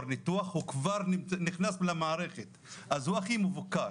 ניתוח הוא כבר נכנס למערכת אז הוא הכי מבוקר.